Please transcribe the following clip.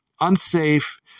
unsafe